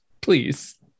Please